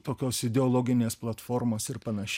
tokios ideologinės platformos ir panašiai